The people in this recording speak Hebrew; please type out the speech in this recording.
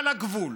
על הגבול.